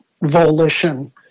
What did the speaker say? volition